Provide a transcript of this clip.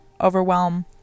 overwhelm